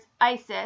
ISIS